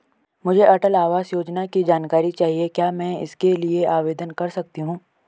मुझे अटल आवास योजना की जानकारी चाहिए क्या मैं इसके लिए आवेदन कर सकती हूँ?